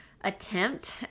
attempt